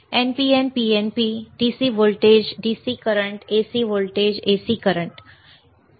NPNPNP होय DC voltage होय DC current होय AC व्होल्टेज होय AC करंट होय